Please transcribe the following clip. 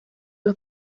los